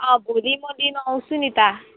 अँ भोलि म लिनु आउँछु नि त